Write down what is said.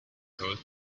cold